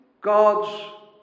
God's